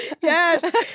Yes